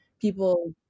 People